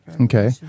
Okay